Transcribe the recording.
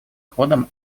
ходом